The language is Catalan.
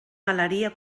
galeria